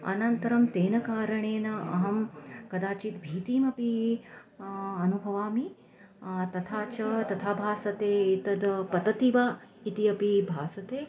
अनन्तरं तेन कारणेन अहं कदाचित् भीतिमपि अनुभवामि तथा च तथा भासते एतद् पतति वा इति अपि भासते